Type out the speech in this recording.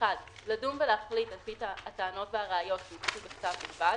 (1)לדון ולהחליט על פי הטענות והראיות שהוגשו בכתב בלבד,